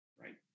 right